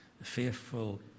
faithful